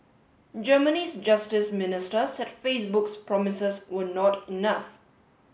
Germany's justice minister said Facebook's promises were not enough